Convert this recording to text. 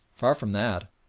far from that,